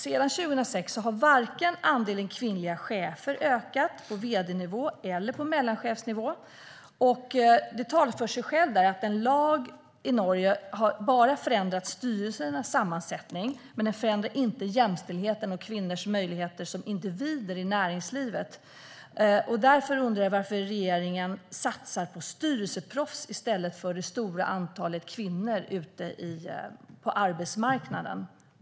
Sedan 2006 har inte andelen kvinnliga chefer ökat på vare sig vd-nivå eller mellanchefsnivå. Det talar för sig självt att en lag i Norge bara har förändrat styrelsernas sammansättning men inte förändrat jämställdheten och kvinnors möjligheter som individer i näringslivet. Varför satsar regeringen på styrelseproffs i stället för det stora antalet kvinnor ute på arbetsmarknaden?